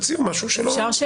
תציעו משהו אחר.